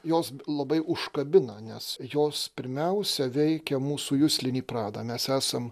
jos labai užkabina nes jos pirmiausia veikia mūsų juslinį pradą mes esam